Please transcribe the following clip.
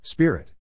Spirit